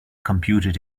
computed